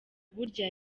burya